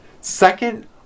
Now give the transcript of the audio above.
Second